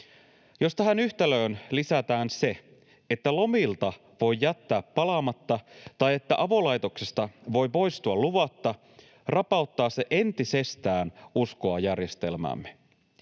Jos tähän yhtälöön lisätään se, että lomilta voi jättää palaamatta tai että avolaitoksesta voi poistua luvatta, rapauttaa se entisestään uskoa järjestelmäämme.